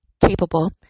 capable